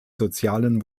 sozialen